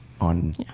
on